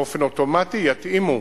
באופן אוטומטי יתאימו,